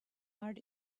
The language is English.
art